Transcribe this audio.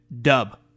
dub